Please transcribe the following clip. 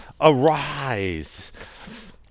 arise